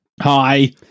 Hi